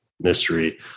mystery